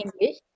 english